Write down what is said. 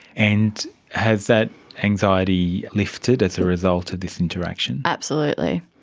and has that anxiety lifted as a result of this interaction? absolutely.